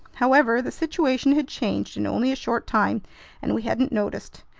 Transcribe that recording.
however, the situation had changed in only a short time and we hadn't noticed.